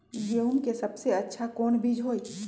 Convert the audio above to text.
गेंहू के सबसे अच्छा कौन बीज होई?